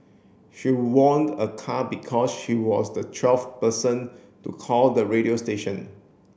she won a car because she was the twelfth person to call the radio station